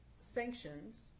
sanctions